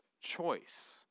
choice